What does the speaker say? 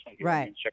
Right